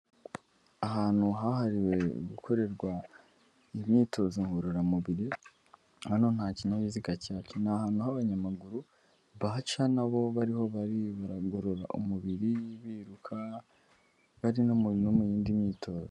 Ahantu hahariwe gukorerwa imyitozo ngororamubiri. Hano nta kinyabiziga kihaca, ni ahantu h'abanyamaguru bahaca na bo bariho barangorora umubiri, biruka bari no mu yindi myitozo.